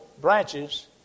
branches